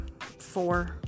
four